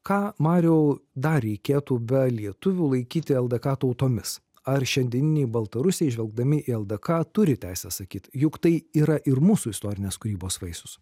ką mariau dar reikėtų be lietuvių laikyti ldk tautomis ar šiandieniniai baltarusiai žvelgdami į ldk turi teisę sakyt juk tai yra ir mūsų istorinės kūrybos vaisus